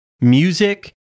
music